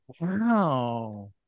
Wow